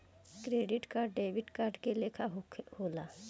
credit card debit card के लेखा होला